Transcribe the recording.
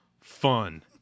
fun